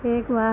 एक बार